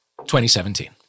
2017